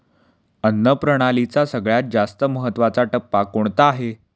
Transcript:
अन्न प्रणालीचा सगळ्यात जास्त महत्वाचा टप्पा कोणता आहे?